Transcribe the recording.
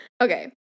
Okay